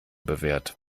bewährt